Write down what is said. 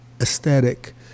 aesthetic